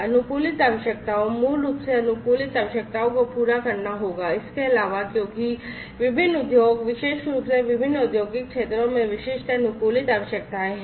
अनुकूलित आवश्यकताओं मूल रूप से अनुकूलित आवश्यकताओं को पूरा करना होगा इसके अलावा क्योंकि विभिन्न उद्योग विशेष रूप से विभिन्न औद्योगिक क्षेत्रों में विशिष्ट अनुकूलित आवश्यकताएं हैं